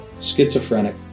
schizophrenic